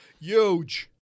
huge